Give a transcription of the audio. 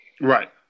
Right